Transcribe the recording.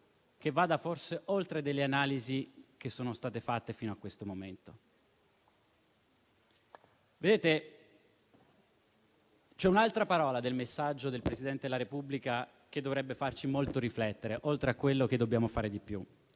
che vada forse oltre le analisi che sono state fatte fino a questo momento. C'è un'altra parola del messaggio del Presidente della Repubblica che dovrebbe farci molto riflettere, oltre al «dobbiamo fare di più»;